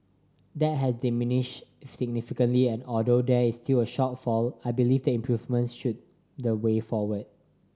that has diminished significantly and although there is still a shortfall I believe the improvements should the way forward